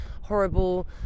horrible